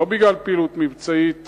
לא בגלל פעילות מבצעית